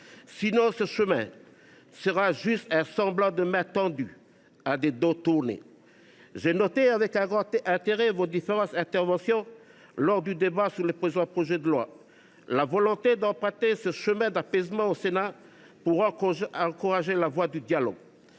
Sinon, ce chemin sera juste un semblant de main tendue à des dos tournés. J’ai noté avec un grand intérêt lors de vos différentes interventions au Sénat, au cours de l’examen du présent projet de loi, la volonté d’emprunter ce chemin d’apaisement pour encourager la voie du dialogue.